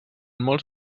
molts